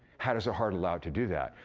how does a heart allow it to do that?